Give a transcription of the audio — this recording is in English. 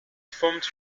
formed